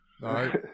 No